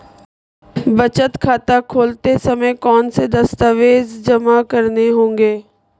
बचत खाता खोलते समय कौनसे दस्तावेज़ जमा करने होंगे?